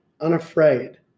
unafraid